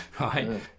right